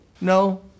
No